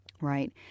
Right